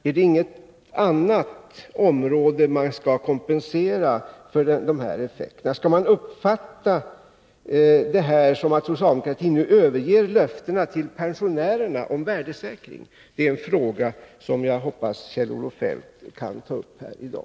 Är det inget annat område man skall kompensera för de här effekterna? Skall man uppfatta detta som att socialdemokratin nu överger löftena till pensionärerna om värdesäkringen? Det är en fråga som jag hoppas att Kjell-Olof Feldt kan besvara här i dag.